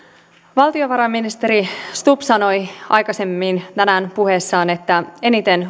valtiovarainministeri stubb sanoi aikaisemmin tänään puheessaan että eniten